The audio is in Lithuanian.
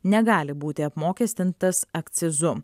negali būti apmokestintas akcizu